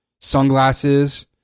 sunglasses